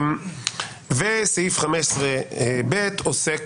סעיף 15ב עוסק